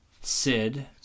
Sid